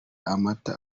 amata